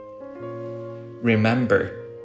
Remember